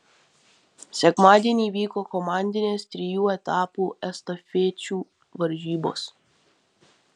sekmadienį vyko komandinės trijų etapų estafečių varžybos